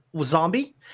zombie